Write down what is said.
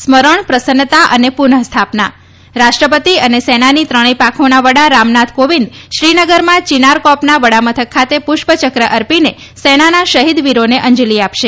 સ્મરણ પ્રસન્નતા અને પુનઃ સ્થાપના રાષ્ટ્રપતિ અને સેનાની ત્રણેથ પાંખોના વડા રામનાથ કોવિંદ શ્રીનગરમાં ચિનારકોર્પના વડામથક ખાતે પુષ્પચક અર્પીને સેનાના શહિદ વીરોને અંજલિ આપશે